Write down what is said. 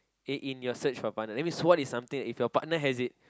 eh in your search for a partner that means what is something that if your partner has it